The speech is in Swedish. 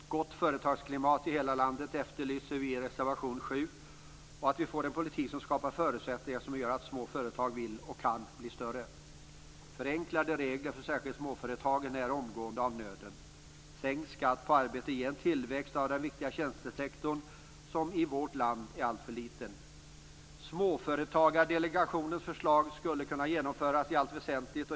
I reservation 7 efterlyser vi ett gott företagsklimat i hela landet. Vi måste få en politik som skapar förutsättningar för att små företag vill och kan bli större. Förenklade regler, särskilt för småföretagen, är omgående av nöden. Sänkt skatt på arbete ger en tillväxt av den viktiga tjänstesektorn, som i vårt land är alltför liten. Småföretagardelegationens förslag skulle kunna genomföras i allt väsentligt.